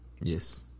Yes